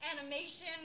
animation